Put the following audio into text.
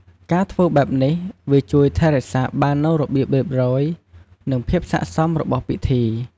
ការធ្វើបែបនេះវាជួយថែរក្សាបាននូវរបៀបរៀបរយ និងភាពស័ក្តិសមរបស់ពិធី។